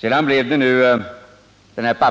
Våra skatteförslag blev nu i herr Molins replik bara